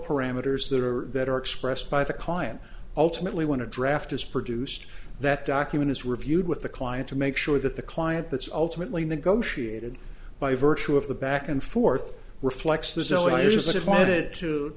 parameters that are that are expressed by the client ultimately when a draft is produced that document is reviewed with the client to make sure that the client that's ultimately negotiated by virtue of the back and forth reflects the